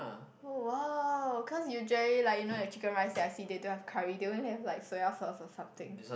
oh !wow! cause usually like you know the chicken rice that I see they don't have curry they only have like soya sauce or something